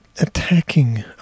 attacking